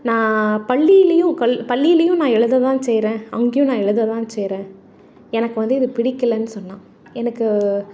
நான் பள்ளியிலையும் கல் பள்ளியிலையும் நான் எழுத தான் செய்கிறேன் அங்கேயும் நான் எழுத தான் செய்கிறேன் எனக்கு வந்து இது பிடிக்கலைன்னு சொன்னாள் எனக்கு